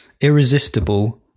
irresistible